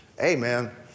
amen